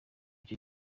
icyo